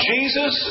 Jesus